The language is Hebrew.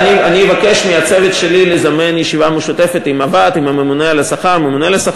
אני אבקש מהצוות שלי לזמן ישיבה משותפת עם הוועד ועם הממונה על השכר.